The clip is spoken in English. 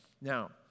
Now